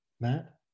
Matt